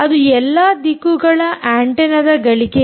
ಅದು ಎಲ್ಲಾ ದಿಕ್ಕುಗಳ ಆಂಟೆನ್ನ ದ ಗಳಿಕೆ